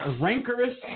rancorous